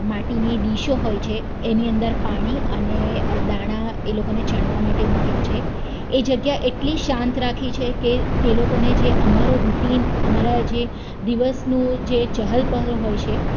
માટેની જે ડીશો હોય છે એની અંદર પાણી અને દાણા એ લોકોને ચણવા માટે મૂક્યા છે એ જગ્યા એટલી શાંત રાખી છે કે તે લોકોને જે અમારો રૂટિન અમારા દિવસનું જે ચહલપહલ હોય છે